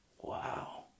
Wow